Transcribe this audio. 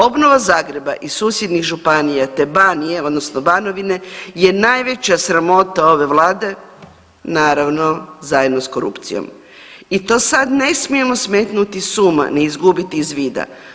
Obnova Zagreba i susjednih županije te Banije odnosno Banovine je najveća sramota ove Vlade, naravno zajedno s korupcijom i to sad ne smijemo smetnuti s uma ni izgubiti iz vida.